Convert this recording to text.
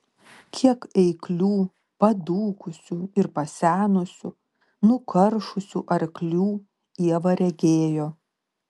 kiek eiklių padūkusių ir pasenusių nukaršusių arklių ieva regėjo